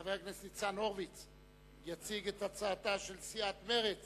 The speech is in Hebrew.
חבר הכנסת ניצן הורוביץ יציג את הצעתה של סיעת מרצ